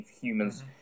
humans